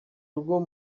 rwo